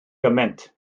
gymaint